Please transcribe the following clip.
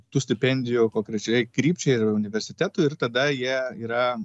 tų stipendijų konkrečiai krypčiai ir universitetui ir tada jie yra